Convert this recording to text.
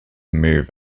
move